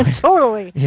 ah totally.